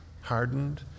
hardened